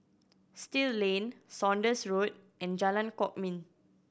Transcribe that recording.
Still Lane Saunders Road and Jalan Kwok Min